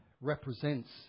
represents